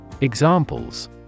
Examples